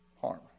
harm